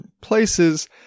places